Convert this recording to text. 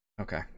Okay